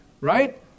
right